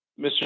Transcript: Mr